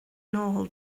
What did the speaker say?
nôl